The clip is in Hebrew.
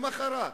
למחרת.